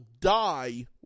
die